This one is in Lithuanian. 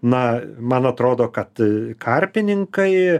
na man atrodo kad karpininkai